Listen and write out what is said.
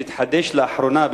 שהתחדש לאחרונה,